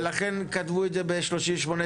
ולכן כתבו את זה ב-38(ד).